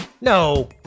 No